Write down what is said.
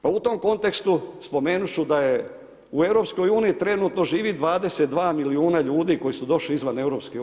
Pa u tom kontekstu, spomenuti ću da je u EU trenutno živi 22 milijuna ljudi, koji su došli izvan EU.